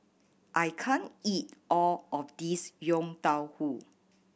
I can't eat all of this Yong Tau Foo